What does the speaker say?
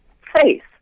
Faith